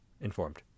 informed